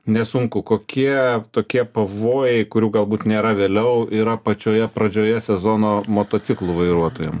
nesunku kokie tokie pavojai kurių galbūt nėra vėliau yra pačioje pradžioje sezono motociklų vairuotojam